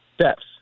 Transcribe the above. steps